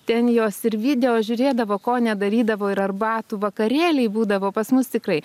ten jos ir video žiūrėdavo ko nedarydavo ir arbatų vakarėliai būdavo pas mus tikrai